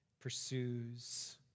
pursues